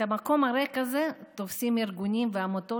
את המקום הריק הזה תופסים ארגונים ועמותות